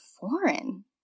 foreign